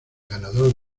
ganador